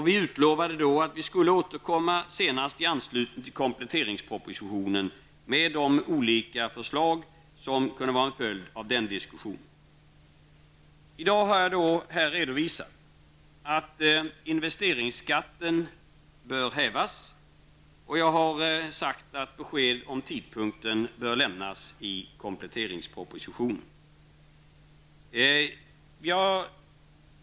Vi lovade då att återkomma senast i anslutning till kompletteringspropositionen med de olika förslag som den här diskussionen kunde utmynna i. I dag har jag här redovisat att investeringsskatten bör hävas. Jag har också sagt att besked om tidpunkten härför bör lämnas i kompletteringspropositionen.